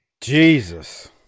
Jesus